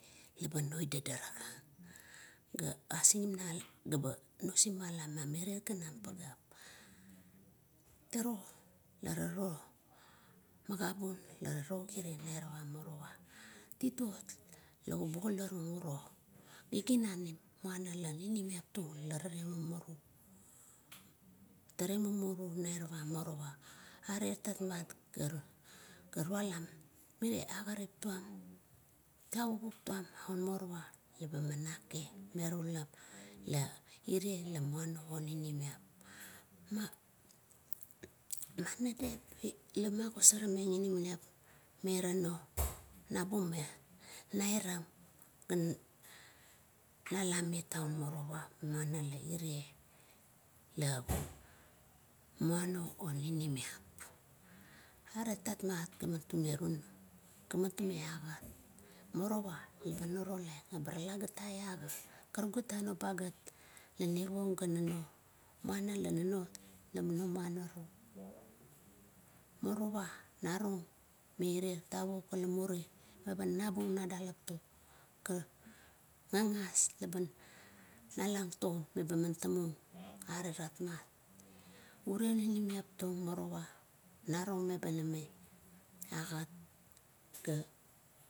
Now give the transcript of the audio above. Leba noi dadarakang ga asinala ga banosingala mamirier ganam pageap. Pararuo, magabun laro gire nairap a morowa, titot la obugolarung uro giginanam muana la ninimiap tung la rale mumuru, tale mumuru nairap a morowa. Aret tatmat ga rualam mire agait tuam, tavukup tuam aun morowa meba man akemerulam, eria la muano ninimiap. manigat isik lame miara na gumep, nairam man nalam iet aun morowa ire lamuana oninimiap. Aret tatmat gak tume tunam, gat tume agat, morowa la norolang barata ai aga, karuk a noba gat la imirong ga nunuo, muana la nunuo lanunuo muana ruo. Morowa narung meai irea tavuk ila muri, eba nabung na dalap tuo, ga gagas teba nalang taun, meba temung are ratmat, ure ninimiap tung morowa narung meba agat.